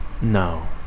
No